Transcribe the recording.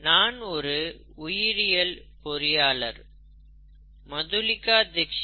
நான் ஒரு உயிரியல் பொறியாளர் மதுலிகா டிக்சிட் Dr